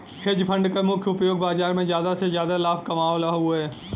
hedge fund क मुख्य उपयोग बाजार में जादा से जादा लाभ कमावल हउवे